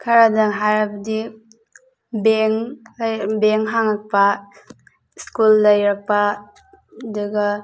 ꯈꯔꯗꯪ ꯍꯥꯏꯔꯕꯗꯤ ꯕꯦꯡ ꯕꯦꯡ ꯍꯥꯡꯉꯛꯄ ꯁ꯭ꯀꯨꯜ ꯂꯩꯔꯛꯄ ꯑꯗꯨꯒ